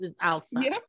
outside